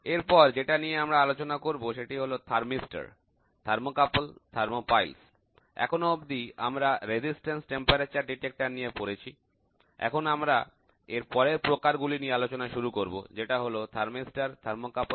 এরপর যেটা নিয়ে আমরা আলোচনা করবো সেটি হল থার্মিস্টর তাপদ্বয় তাপমৌল এখনো অবধি আমরা তাপমাত্রা শনাক্তকারী নিয়ে পড়েছি এখন আমরা এরপরের প্রকার গুলি নিয়ে আলোচনা শুরু করব যেটা হলো থার্মিস্টর তাপদ্বয় তাপমৌল